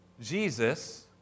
Jesus